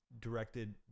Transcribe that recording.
directed